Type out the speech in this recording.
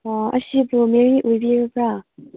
ꯑꯁꯤꯕꯨ ꯃꯦꯔꯤ ꯑꯣꯏꯕꯤꯔꯕ꯭ꯔꯥ